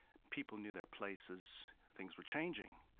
people knew their places. things were changing.